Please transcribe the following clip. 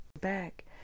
back